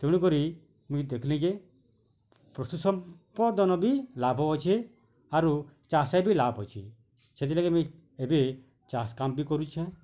ତେଣୁ କରି ମୁଇଁ ଦେଖ୍ଲି ଯେ ପଶୁ ସମ୍ପଦନ ବି ଲାଭ୍ ଅଛି ଆରୁ ଚାଷେ ବି ଲାଭ୍ ଅଛି ସେଥିଲାଗି ମୁଇଁ ଏବେ ଚାଷ୍ କାମ୍ ବି କରୁଛେଁ